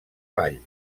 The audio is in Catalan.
ball